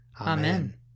Amen